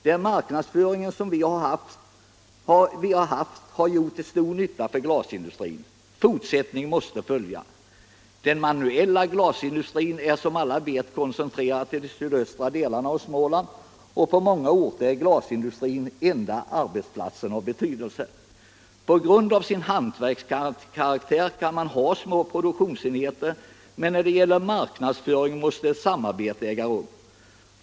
Det marknadsföringsstöd som vi har haft har gjort stor nytta för glasindustrin. Fortsättning måste följa. Den manuella glasindustrin är, som alla vet, koncentrerad till de sydöstra delarna av Småland. Och på många orter är glasindustrin den enda arbetsplatsen av betydelse. På grund av hantverkskaraktären kan man ha små produktionsenheter, men när det gäller marknadsföring måste ett samarbete äga rum.